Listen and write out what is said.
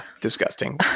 disgusting